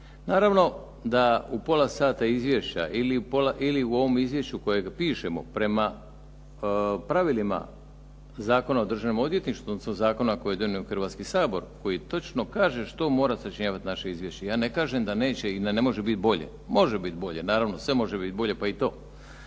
Naravno da u pola sata izvješća ili u ovom izvješću kojeg pišemo prema pravilima Zakona o državnom odvjetništvu odnosno zakona koji je donio Hrvatski sabor koji točno kaže što mora sačinjavati naše izvješće. Ja ne kažem da neće i da ne može biti bolje. Može biti bolje. Naravno, sve može biti bolje pa i to.